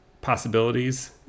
possibilities